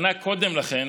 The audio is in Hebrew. שנה קודם לכן